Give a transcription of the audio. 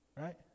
Right